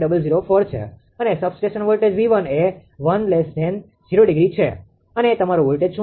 004 છે અને substation voltage 𝑉1 એ 1∠0 છે અને તમારું વોલ્ટેજ શું છે